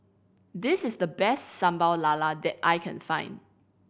this is the best Sambal Lala that I can find